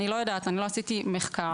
אני לא יודעת, לא עשיתי מחקר על זה.